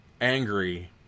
angry